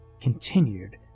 continued